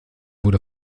wurde